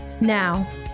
Now